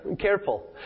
careful